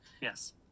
Yes